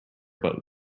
but